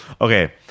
Okay